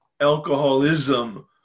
alcoholism